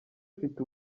ifite